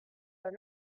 are